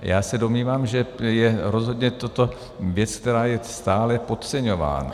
Já se domnívám, že to je rozhodně věc, která je stále podceňována.